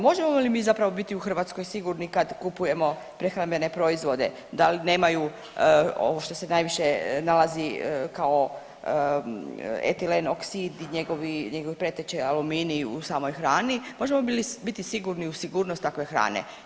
Možemo li mi zapravo biti u Hrvatskoj sigurni kad kupujemo prehrambene proizvode da nemaju ovo što se najviše nalazi kao etilen oksid i njegovi preteče, aluminij u samoj hrani, možemo li biti sigurni u sigurnost takve hrane?